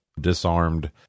disarmed